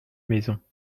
maison